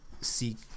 seek